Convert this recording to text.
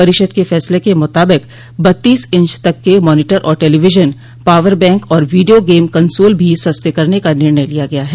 परिषद के फैसले के मुताबिक बत्तीस इंच तक के मॉनीटर और टेलीविजन पॉवर बैंक और वीडियों गेम कंसोल भी सस्ते करने का निर्णय किया गया है